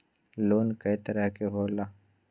Loan कय तरह के होला?